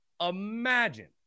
Imagine